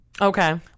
Okay